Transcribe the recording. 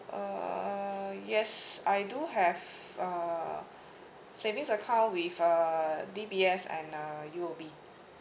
uh yes I do have uh savings account with uh D_B_S and uh U_O_B